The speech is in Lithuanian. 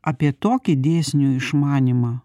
apie tokį dėsnių išmanymą